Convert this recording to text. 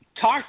talk